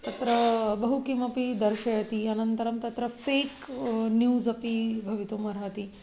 तत्र बहु किमपि दर्शयति अनन्तरं तत्र फ़ेक् न्यूस् अपि भवितुम् अर्हति